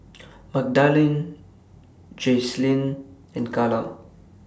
Magdalene Jaclyn and Kala